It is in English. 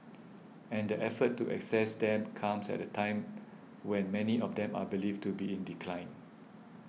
and the effort to assess them comes at a time when many of them are believed to be in decline